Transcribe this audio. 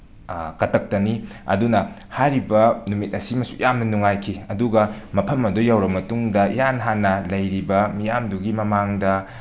ꯀꯇꯛꯇꯅꯤ ꯑꯗꯨꯅ ꯍꯥꯏꯔꯤꯕ ꯅꯨꯃꯤꯠ ꯑꯁꯤꯃꯁꯨ ꯌꯥꯝꯅ ꯅꯨꯉꯥꯏꯈꯤ ꯑꯗꯨꯒ ꯃꯐꯝ ꯑꯗꯣ ꯌꯧꯔ ꯃꯇꯨꯡꯗ ꯏꯍꯥꯟ ꯍꯥꯟꯅ ꯂꯩꯔꯤꯕ ꯃꯤꯌꯥꯝꯗꯨꯒꯤ ꯃꯃꯥꯡꯗ